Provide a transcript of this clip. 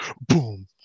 Boom